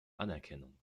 anerkennung